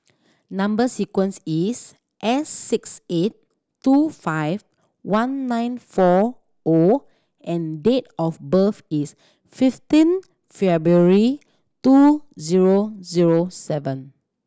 number sequence is S six eight two five one nine four O and date of birth is fifteen February two zero zero seven